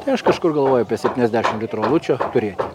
tai aš kažkur galvoju apie septyniasdešimt litrų alučio turėti